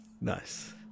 Nice